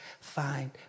find